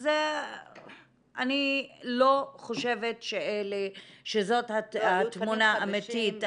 אז אני לא חושבת שזאת התמונה האמיתית.